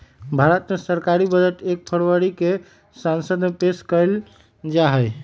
भारत मे सरकारी बजट एक फरवरी के संसद मे पेश कइल जाहई